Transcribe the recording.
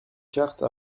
carte